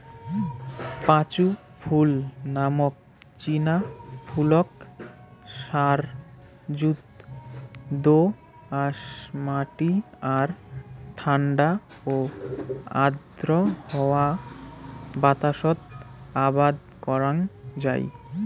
পাঁচু ফুল নামক চিনা ফুলক সারযুত দো আঁশ মাটি আর ঠান্ডা ও আর্দ্র হাওয়া বাতাসত আবাদ করাং যাই